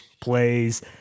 plays